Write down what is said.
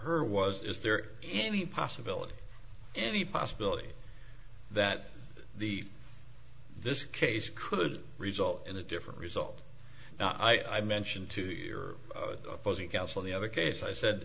her was is there any possibility any possibility that the this case could result in a different result i mentioned to your opposing counsel the other case i said